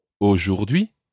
Aujourd'hui